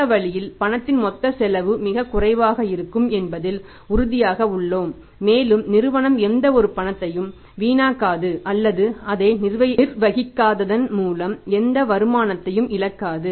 இந்த வழியில் பணத்தின் மொத்த செலவு மிகக் குறைவாக இருக்கும் என்பதில் உறுதியாக உள்ளோம் மேலும் நிறுவனம் எந்தவொரு பணத்தையும் வீணாக்காது அல்லது அதை நிர்வகிக்காததன் மூலம் எந்த வருமானத்தையும் இழக்காது